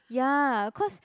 ya cause